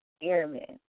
Airmen